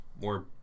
more